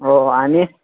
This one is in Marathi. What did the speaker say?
हो आणि